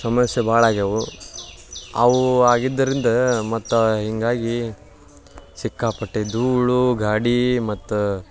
ಸಮಸ್ಯೆ ಭಾಳ ಆಗ್ಯಾವೆ ಅವು ಆಗಿದ್ದರಿಂದ ಮತ್ತು ಹೀಗಾಗಿ ಸಿಕ್ಕಾಪಟ್ಟೆ ಧೂಳು ಗಾಡಿ ಮತ್ತು